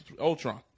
Ultron